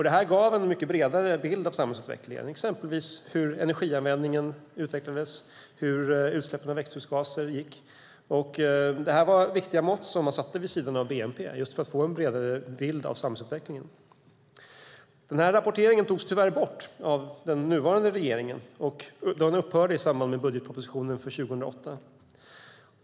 Det gav en mycket bredare bild av samhällsutvecklingen, exempelvis hur energianvändningen utvecklades och hur det gick med utsläppen av växthusgaser. Detta var viktiga mått som man använde vid sidan av bnp just för att få en bredare bild av samhällsutvecklingen. Rapporteringen togs tyvärr bort av den nuvarande regeringen och upphörde i samband med budgetpropositionen för 2008.